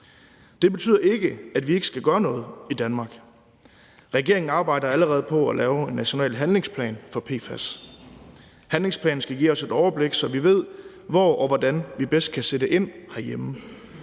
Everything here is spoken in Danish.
Det betyder ikke, at vi ikke skal gøre noget i Danmark. Regeringen arbejder allerede på at lave en national handlingsplan for PFAS. Handlingsplanen skal give os et overblik, så vi ved, hvor og hvordan vi bedst kan sætte ind herhjemme.